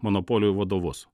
monopolijų vadovus